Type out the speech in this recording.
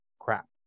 crap